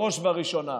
בראש ובראשונה